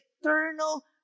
eternal